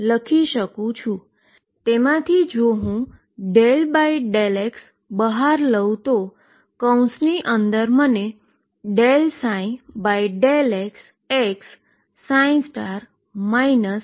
તેમાથી જો હુ ∂x બહાર લઉ તો કૌંસની અંદર મને ∂ψ∂xx ∂xxψdx મળશે